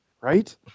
Right